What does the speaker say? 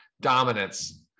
dominance